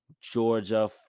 Georgia